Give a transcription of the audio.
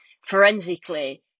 forensically